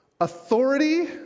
Authority